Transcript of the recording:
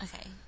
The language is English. Okay